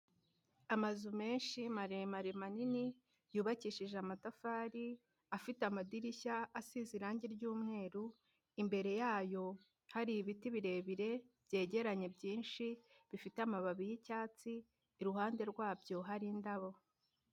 Amazu menshi maremare manini, yubakishije amatafari, afite amadirishya, asize irangi ry'umweru, imbere yayo hari ibiti birebire byegeranye byinshi bifite amababi y'icyatsi, iruhande rwabyo hari indabo.